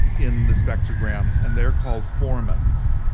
in the spectrogram and they're called formants,